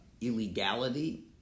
illegality